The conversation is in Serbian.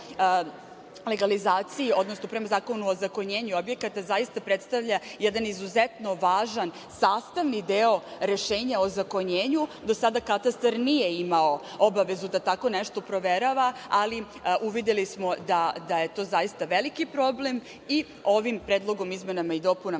legalizaciji, odnosno prema Zakonu o ozakonjenju objekata zaista predstavlja jedan izuzetno važan sastavni deo rešenja o ozakonjenju. Do sada Katastar nije imao obavezu da tako nešto proverava, ali uvideli smo da je to zaista veliki problem i ovim Predlogom izmenama i dopunama